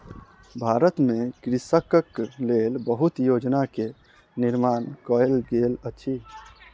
भारत में कृषकक लेल बहुत योजना के निर्माण कयल गेल अछि